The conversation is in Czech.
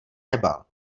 nebál